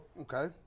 Okay